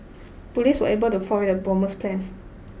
police were able to foil the bomber's plans